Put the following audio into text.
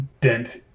Dent